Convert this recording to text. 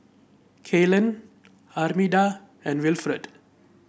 Kaylin Armida and Wilfrid